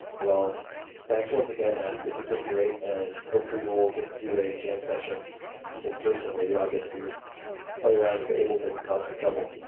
well thanks once again man. this has been great, and hopefully we'll get to do a jam session in person. maybe i'll get to to play around with ableton and cause some trouble.